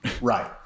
Right